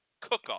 Cook-Off